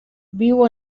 viu